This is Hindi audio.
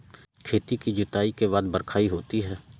खेती की जुताई के बाद बख्राई होती हैं?